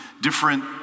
different